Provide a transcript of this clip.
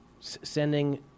sending